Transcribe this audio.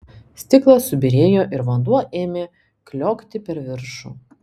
stiklas subyrėjo ir vanduo ėmė kliokti per viršų